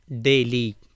daily